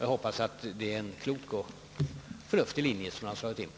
Jag hoppas att det är en klok och förnuftig linje som man alltså har slagit in på.